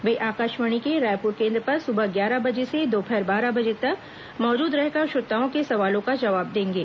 वे आकाशवाणी के रायपुर केन्द्र पर सुबह ग्यारह बजे से दोपहर बारह बजे तक मौजूद रहकर श्रोताओं के सवालों का जवाब देंगे